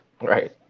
right